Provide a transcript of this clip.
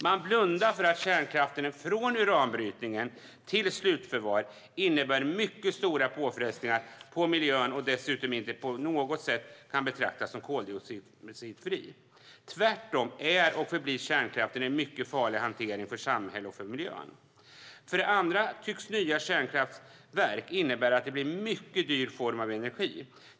Man blundar för att kärnkraften från uranbrytning till slutförvar innebär mycket stora påfrestningar på miljön och dessutom inte på något sätt kan betraktas som koldioxidfri. Tvärtom är och förblir kärnkraften en mycket farlig hantering för samhället och för miljön. För det andra tycks nya kärnkraftverk innebära att det blir en mycket dyr form av energi.